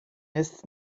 jest